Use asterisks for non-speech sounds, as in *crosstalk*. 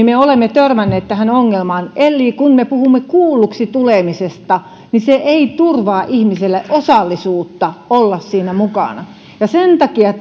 *unintelligible* me olemme törmänneet tähän ongelmaan eli kun me puhumme kuulluksi tulemisesta niin se ei turvaa ihmiselle osallisuutta olla siinä mukana sen takia *unintelligible*